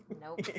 Nope